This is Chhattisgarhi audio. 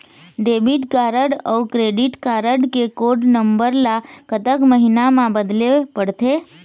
डेबिट कारड अऊ क्रेडिट कारड के कोड नंबर ला कतक महीना मा बदले पड़थे?